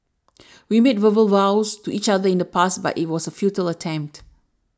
we made verbal vows to each other in the past but it was a futile attempt